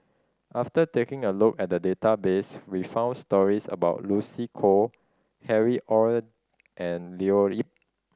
after taking a look at the database we found stories about Lucy Koh Harry Ord and Leo Yip